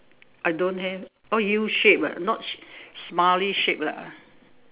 I don't have oh U shape ah not smiley shape lah